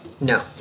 No